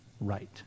right